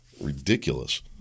ridiculous